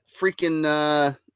freaking